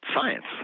science